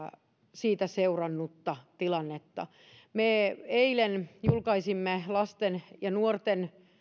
siitä seurannutta tilannetta me eilen julkaisimme lasten ja nuorten